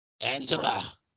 Angela